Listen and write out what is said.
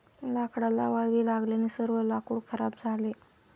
लाकडाला वाळवी लागल्याने सर्व लाकूड खराब झाले